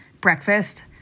breakfast